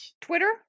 Twitter